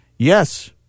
Yes